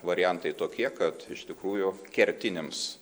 variantai tokie kad iš tikrųjų kertinėms